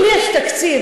אם יש תקציב,